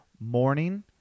morning